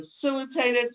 facilitated